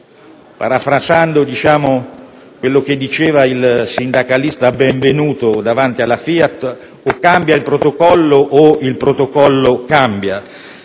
Parafrasando quello che diceva il sindacalista Benvenuto davanti alla FIAT, dico che o cambia il protocollo o il protocollo cambia,